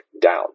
down